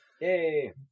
Yay